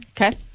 Okay